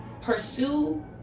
pursue